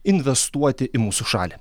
investuoti į mūsų šalį